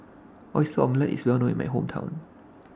Oyster Omelette IS Well known in My Hometown